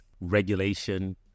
regulation